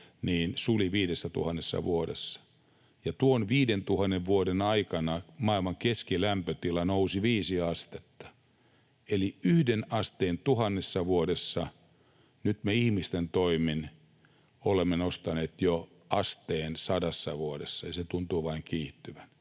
suli 5 000 vuodessa. Tuon 5 000 vuoden aikana maailman keskilämpötila nousi 5 astetta eli 1 asteen 1 000 vuodessa. Nyt me ihmisten toimin olemme nostaneet jo asteen 100 vuodessa, ja se tuntuu vain kiihtyvän.